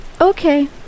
okay